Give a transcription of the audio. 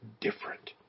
different